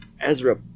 Ezra